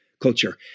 culture